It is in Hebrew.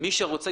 מי שרוצה,